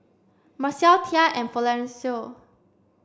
Mercer Thea and Florencio